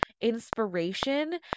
inspiration